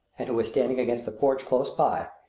and who is standing against the porch close by,